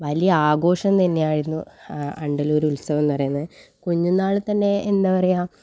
വലിയ ആഘോഷം തന്നെ ആയിരുന്നു ആണ്ടല്ലൂരുത്സവം എന്നു പറയുന്നത് കുഞ്ഞുനാളിൽത്തന്നെ എന്താ പറയുക